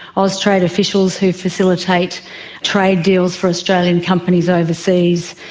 austrade officials who facilitate trade deals for australian companies overseas,